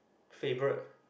favourite